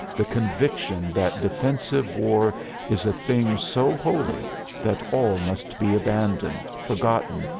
the conviction that defensive war is a thing so holy that all must be abandoned, forgotten,